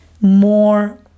more